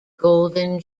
golden